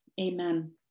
Amen